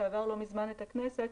שעבר לא מזמן בכנסת,